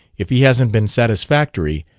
if he hasn't been satisfactory,